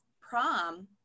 Prom